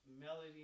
Melody